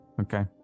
okay